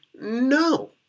no